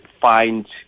find